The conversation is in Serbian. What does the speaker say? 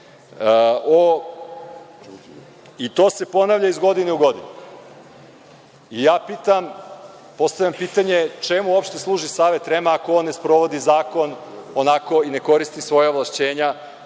To se ponavlja iz godine u godinu. Postavljam pitanje - čemu uopšte služi Savet REM ako on ne sprovodi zakon onako i ne koristi svoja ovlašćenja